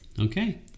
Okay